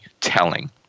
telling